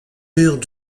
murs